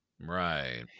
Right